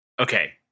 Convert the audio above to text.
Okay